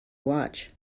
watch